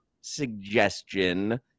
suggestion